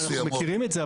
אנחנו מכירים את זה,